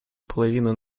половины